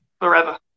forever